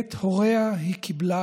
בבית הוריה היא קיבלה